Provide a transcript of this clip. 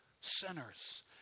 sinners